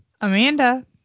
Amanda